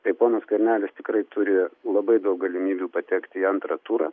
tai ponas skvernelis tikrai turi labai daug galimybių patekti į antrą turą